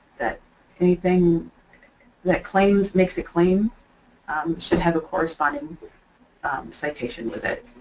that anything that claims. makes a claim should have a corresponding citation with it,